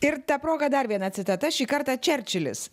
ir ta proga dar viena citata šį kartą čerčilis